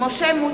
(קוראת בשמות חברי הכנסת) משה מטלון,